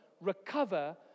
recover